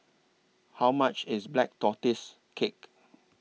How much IS Black Tortoise Cake